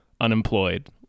unemployed